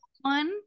one